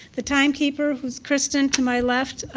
the timekeeper, who is kristen to my left,